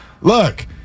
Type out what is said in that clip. look